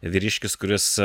vyriškis kuris